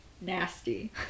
Nasty